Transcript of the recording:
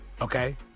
Okay